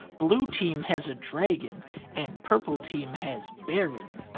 blue team has a dragon and purple team has baron.